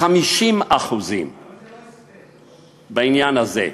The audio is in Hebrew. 50% בעניין הזה.